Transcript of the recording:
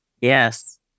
Yes